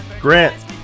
Grant